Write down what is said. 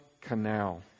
Canal